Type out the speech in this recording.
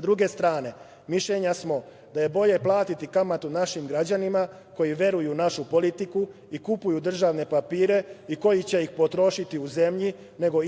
druge strane, mišljenja smo da je bolje platiti kamatu našim građanima, koji veruju u našu politiku i kupuju državne papire i koji će ih potrošiti u zemlji, nego